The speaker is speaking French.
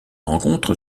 rencontre